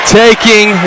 taking